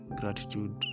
gratitude